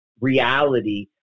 reality